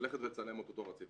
ללכת ולצלם את אותו רציף.